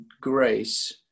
grace